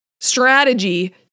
strategy